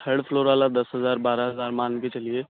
third floor والا دس ہزار بارہ ہزار مان کے چلیے